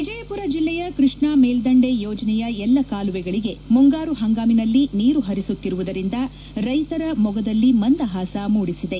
ವಿಜಯಪುರ ಜೆಲ್ಲೆಯ ಕೃಷ್ಣಾಮೆಲ್ಲಂಡೆ ಯೋಜನೆಯ ಎಲ್ಲ ಕಾಲುವೆಗಳಗೆ ಮುಂಗಾರು ಪಂಗಾಮಿನಲ್ಲಿ ನೀರು ಪರಿಸುತ್ತಿರುವುದರಿಂದ ರೈತರ ಮೊಗದಲ್ಲಿ ಮಂದಹಾಸ ಮೂಡಿಸಿದೆ